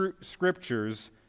scriptures